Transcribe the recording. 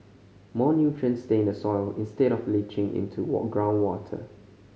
more nutrients stay in the soil instead of leaching into groundwater